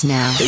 now